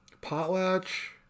Potlatch